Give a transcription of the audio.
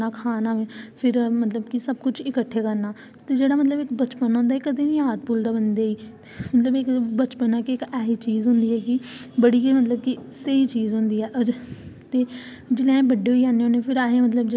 जो ओह् उनें मतलब अपने ग्रांउड च खेलदे हे स्कूल पढ़दी ही फ्ही अस उस टाइम खेलदे है फिर मिगी मेडल मिलदे हे ट्राफियां मिलदियां हियां घरा आहले फिर में घर आंदी ही घरा आहले बडे़ खुश होंदे हे मतलब ग्रां आहले बडे़ खुश होंदे